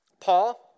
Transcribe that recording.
Paul